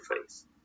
face